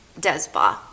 Desba